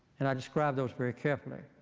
and i describe those very carefully.